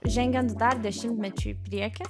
žengiant dar dešimtmečiui į priekį